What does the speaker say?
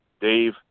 Dave